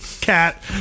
cat